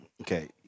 Okay